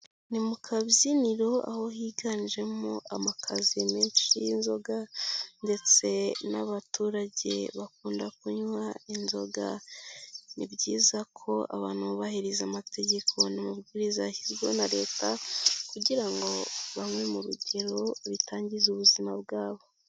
Ni mu kabyiniro aho higanjemo amakaziye menshi y'inzoga, ndetse n'abaturage bakunda kunywa inzoga. Ni byiza ko abantu bubahiriza amategeko n'amabwiriza yashyizweho na Leta, kugira ngo banywe mu rugero bitangiza ubuzima bwabo.